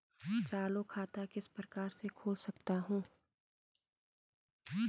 चालू खाता किस प्रकार से खोल सकता हूँ?